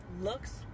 Looks